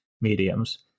mediums